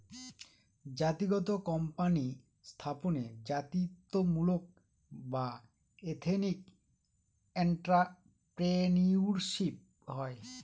জাতিগত কোম্পানি স্থাপনে জাতিত্বমূলক বা এথেনিক এন্ট্রাপ্রেনিউরশিপ হয়